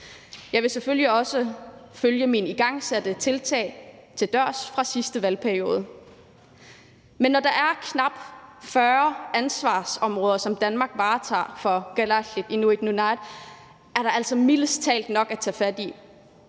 Jeg vil selvfølgelig også følge mine igangsatte tiltag fra sidste valgperiode til dørs. Men når der er knap 40 ansvarsområder, som Danmark varetager for Kalaallit Nunaat/Inuit Nunaat, er der altså mildest talt nok at tage fat i.